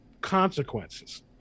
consequences